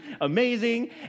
amazing